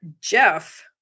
Jeff